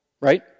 right